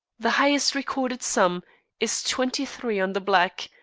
the highest recorded sum is twenty-three on the black,